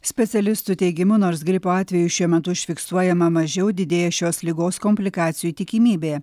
specialistų teigimu nors gripo atvejų šiuo metu užfiksuojama mažiau didėja šios ligos komplikacijų tikimybė